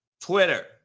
Twitter